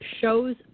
shows